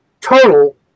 total